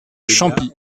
champis